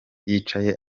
yicaye